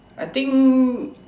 I think